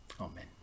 Amen